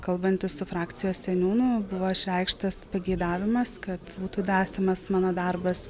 kalbantis su frakcijos seniūnu buvo išreikštas pageidavimas kad būtų tęsiamas mano darbas